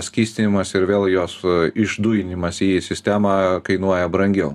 skystinimas ir vėl jos išdujinimas į sistemą kainuoja brangiau